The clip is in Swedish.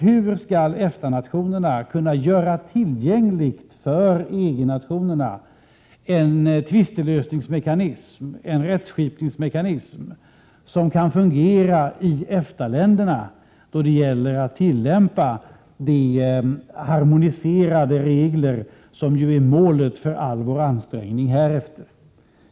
Hur skall EFTA-nationerna kunna göra en tvistelösningsmekanism, en rättskipningsmekanism, som kan fungera i EFTA-länderna då det gäller att tillämpa de harmoniserade regler som är målet för all vår ansträngning härefter, tillgänglig för EG-nationerna?